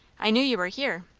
i knew you were here.